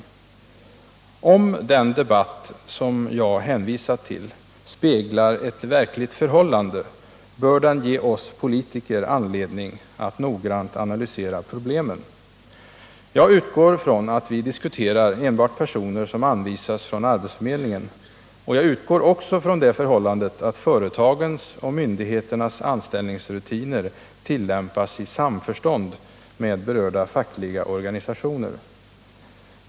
Om den debatt som jag hänvisat till speglar ett verkligt förhållande, bör den ge oss politiker anledning att noggrant analysera problemen. Jag utgår från att vi diskuterar enbart personer som anvisas från arbetsförmedlingen, och jag utgår också från det förhållandet att företagens och myndigheternas anställningsrutiner tillämpas i samförstånd med berörda fackliga organisationer.